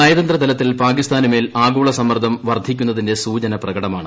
നയതന്ത്ര തലത്തിൽ പാക്കിസ്ഥാനുമേൽ ആഗോള സമ്മർദ്ദം വർദ്ധിക്കുന്നതിന്റെ സൂചന പ്രകടമാണ്